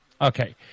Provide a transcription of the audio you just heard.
Okay